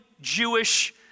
Jewish